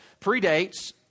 predates